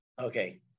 Okay